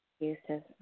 excuses